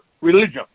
religion